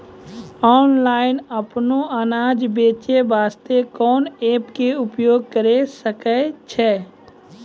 Online अपनो अनाज बेचे वास्ते कोंन एप्प के उपयोग करें सकय छियै?